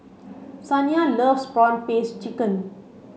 Saniya loves prawn paste chicken